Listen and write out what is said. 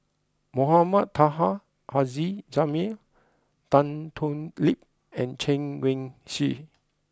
Mohamed Taha Haji Jamil Tan Thoon Lip and Chen Wen Hsi